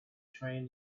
train